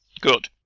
Good